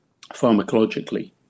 pharmacologically